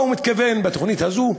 מה הוא מתכוון לעשות בתוכנית הזו?